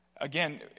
again